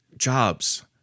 Jobs